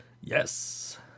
yes